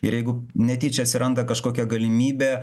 ir jeigu netyčia atsiranda kažkokia galimybė